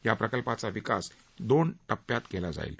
या प्रकल्पाचा विकास दोन टप्प्यात केला जाईल